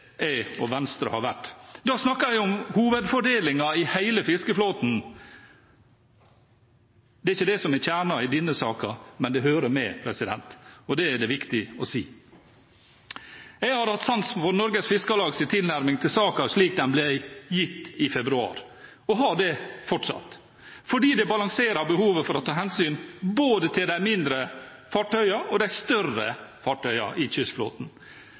og Venstre har vært. Da snakker jeg om hovedfordelingen i hele fiskeflåten. Det er ikke det som er kjernen i denne saken, men det hører med, og det er det viktig å si. Jeg har hatt sansen for Norges Fiskarlags tilnærming til saken slik den ble gitt i februar, og har det fortsatt, fordi den balanserer behovet for å ta hensyn til både de mindre og de større fartøyene i kystflåten.